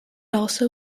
also